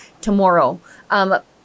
tomorrow